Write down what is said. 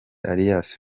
alias